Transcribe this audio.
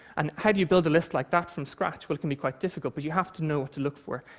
and how do you build a list like that from scratch? well, it can be quite difficult, but you have to know what to look for.